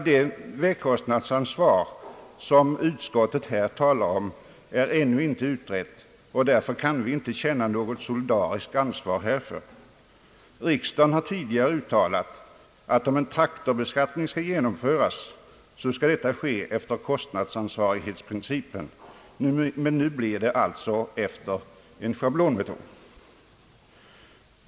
Det vägkostnadsansvar som utskottet här talar om är ännu inte utrett, och därför kan vi inte känna något solidariskt ansvar härför. Riksdagen har tidigare uttalat att om en traktorbeskattning skall genomföras, skall detta ske efter kostnadsansvarighetsprincipen, men nu blir det alltså efter en schablonmetod.